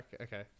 okay